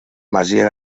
masia